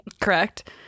correct